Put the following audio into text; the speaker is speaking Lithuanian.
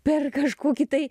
per kažkokį tai